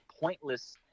pointless